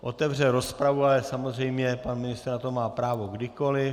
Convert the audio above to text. Otevřel rozpravu, ale samozřejmě pan ministr na to má právo kdykoli.